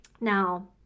Now